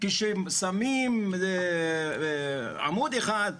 כשהם שמים עמוד אחד,